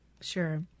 Sure